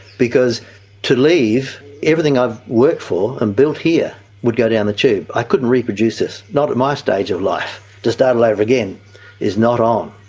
because to leave, everything i've worked for and built here would go down the tube. i couldn't reproduce this, not at my stage of life. to start all over again is not on.